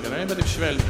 gerai arba taip švelniai